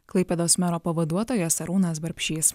klaipėdos mero pavaduotojas arūnas barbšys